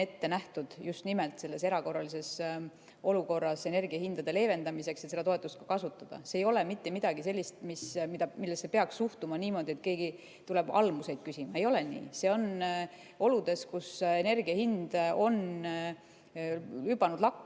ette nähtud just nimelt selles erakorralises olukorras energiahindade leevendamiseks, kasutada. See ei ole mitte midagi sellist, millesse peaks suhtuma niimoodi, et keegi tuleb almust küsima. Ei ole nii. See on oludes, kus energiahind on hüpanud lakke,